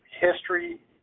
history